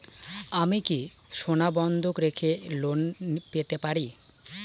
আমি কি সোনা বন্ধক রেখে লোন পেতে পারি?